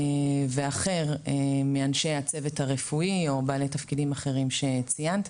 ואחר מאנשי הצוות הרפואי או בעלי תפקידים אחרים שציינת.